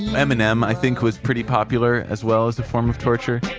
eminem, i think, was pretty popular as well as a form of torture.